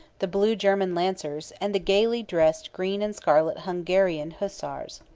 the blue german lancers, and the gaily dressed green and scarlet hungarian hussars.